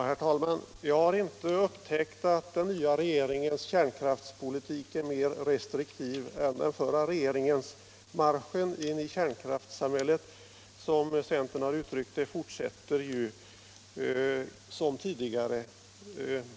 Herr talman! Jag har inte upptäckt att den nya regeringens kärnkraftspolitik är mer restriktiv än den förra regeringens var. Marschen in i kärnkraftssamhället, som centern har uttryckt det, fortsätter ju som tidigare.